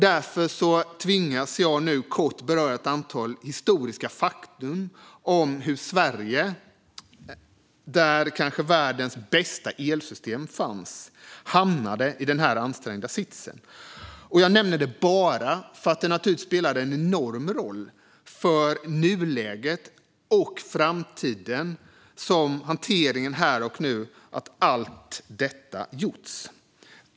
Därför tvingas jag nu att kort beröra ett antal historiska fakta om hur Sverige, där världens kanske bästa elsystem fanns, hamnade i denna ansträngda sits. Jag nämner detta bara för att det spelar en enorm roll för nuläget, för framtiden och för hanteringen här och nu att allt detta har gjorts.